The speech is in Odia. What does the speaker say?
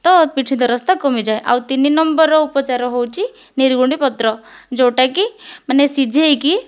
ତ ପିଠି ଦରଜଟା କମିଯାଏ ଆଉ ତିନି ନମ୍ବରର ଉପଚାର ହେଉଛି ନିର୍ଗୁଣ୍ଡି ପତ୍ର ଯେଉଁଟାକି ମାନେ ସିଝାଇକି